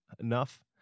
enough